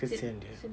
kesian dia